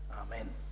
Amen